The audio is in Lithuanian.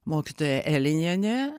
mokytoja elinienė